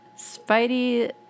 Spidey